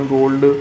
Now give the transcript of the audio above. Gold